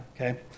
Okay